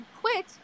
quit